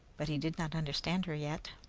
but he did not understand her yet.